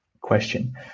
question